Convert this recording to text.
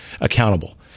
accountable